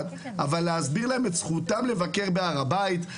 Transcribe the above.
אבל להסביר להם את זכותם לבקר על הר הבית.